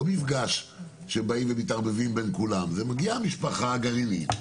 מפגש שמתערבבים בין כולם מגיעה המשפחה הגרעינית,